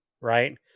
right